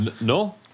no